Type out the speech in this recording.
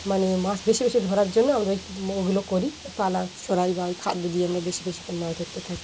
মানে মাছ বেশি বেশি ধরার জন্য আমরা ওই ওগুলো করি পালা ছড়াই বা ওই খাদ্য দিয়ে আমরা বেশি বেশি করে মাছ ধরতে থাকি